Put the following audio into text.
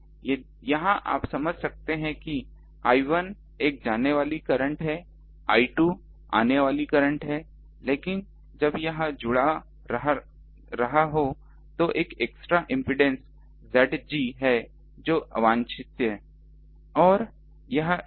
यहां आप समझ सकते हैं कि I1 एक जाने वाली करंट है I2 आने वाली करंट है लेकिन जब यह जुड़ा रहा हो तो एक एक्स्ट्रा इम्पीडेंस Zg है जो अवांछित है और यह इस I3 को दे रहा है